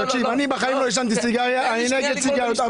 אני בחיים לא עישנתי סיגריה ואני נגד סיגריות.